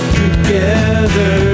together